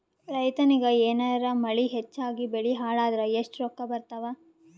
ರೈತನಿಗ ಏನಾರ ಮಳಿ ಹೆಚ್ಚಾಗಿಬೆಳಿ ಹಾಳಾದರ ಎಷ್ಟುರೊಕ್ಕಾ ಬರತ್ತಾವ?